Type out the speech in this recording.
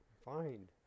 Fine